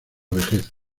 vejez